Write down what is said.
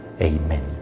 Amen